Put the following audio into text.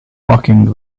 locking